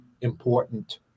important